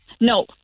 No